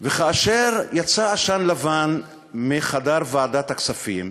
כאשר יצא עשן לבן מחדר ועדת הכספים,